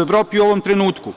Evropi u ovom trenutku.